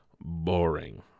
boring